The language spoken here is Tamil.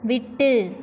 விட்டு